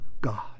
God